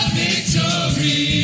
victory